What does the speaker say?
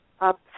up